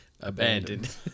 abandoned